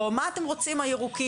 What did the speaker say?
או מה אתם רוצים הירוקים,